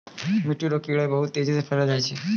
मिट्टी रो कीड़े बहुत तेजी से फैली जाय छै